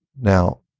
Now